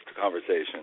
conversation